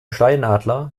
steinadler